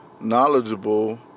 knowledgeable